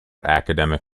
academic